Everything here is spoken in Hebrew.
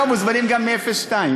לא, מוזמנים גם מ-02.